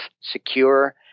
secure